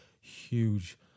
huge